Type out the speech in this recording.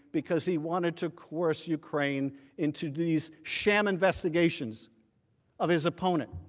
because he wanted to coerce ukraine into these sham investigations of his opponent